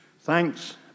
thanks